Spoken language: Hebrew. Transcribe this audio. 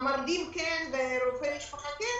המרדים כן ורופא המשפחה כן,